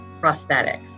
prosthetics